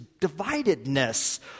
dividedness